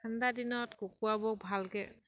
ঠাণ্ডা দিনত কুকুৰাবোৰ ভালকে